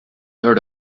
heard